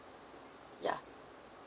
ya